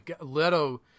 Leto